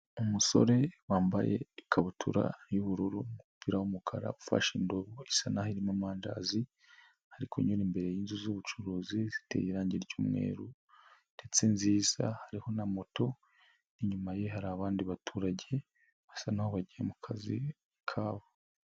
Umusore wambaye ikabutura y'ubururu n'umupira w'umukara ufashe indobo isa naho irimo amandazi, arikunyura imbere y'inzu z'ubucuruzi ziteye irangi ry'umweru ndetse nziza hariho na moto, inyuma ye hari abandi baturage, basa naho bagiye mu kazi kabo.